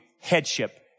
headship